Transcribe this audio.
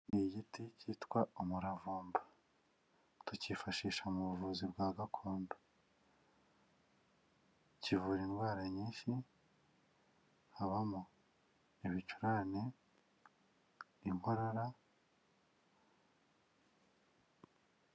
Hari igiti cyitwa umuravumba tukifashisha mu buvuzi bwa gakondo. Kivura indwara nyinshi harimo ibicurane, inkorora,..